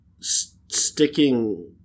sticking